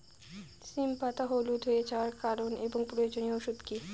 সিম পাতা হলুদ হয়ে যাওয়ার কারণ এবং প্রয়োজনীয় ওষুধ কি?